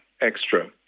extra